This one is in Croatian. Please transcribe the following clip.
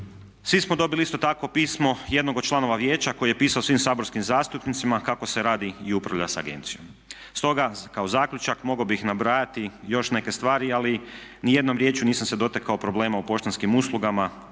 Svi smo dobili isto tako pismo jednog od članova vijeća koji je pisao svim saborskim zastupnicima kako se radi i upravlja s agencijom. Stoga kao zaključak mogao bih nabrajati još neke stvari ali nijednom riječju nisam se dotakao problema u poštanskim uslugama,